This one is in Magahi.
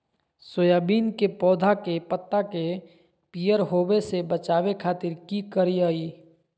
सोयाबीन के पौधा के पत्ता के पियर होबे से बचावे खातिर की करिअई?